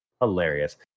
Hilarious